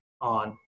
on